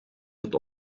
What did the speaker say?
het